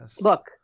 Look